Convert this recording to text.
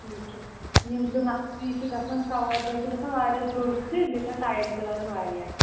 ٹھیٖک چُھ یِم زٕ نقشہِ یہِ چھ گژھان سموارِجَل چھُ گژھان واریاہ درٛوج تہِ بیٚیہِ چھ اتھ ٹایم تہِ لگان واریاہ